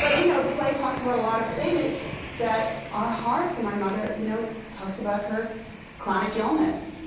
like you know, the play talks about a lot of things that are hard for my mother. you know, it talks about her chronic illness.